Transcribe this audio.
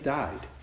died